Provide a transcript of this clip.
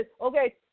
okay